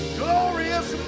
glorious